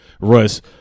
Russ